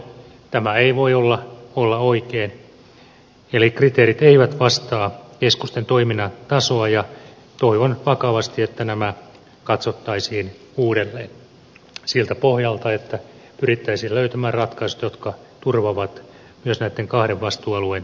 tämä ei voi olla oikein eli kriteerit eivät vastaa keskusten toiminnan tasoa ja toivon vakavasti että nämä katsottaisiin uudelleen siltä pohjalta että pyrittäisiin löytämään ratkaisut jotka turvaavat myös näitten kahden vastuualueen elyjen toiminnan